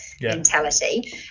mentality